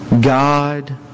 God